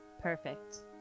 perfect